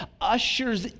ushers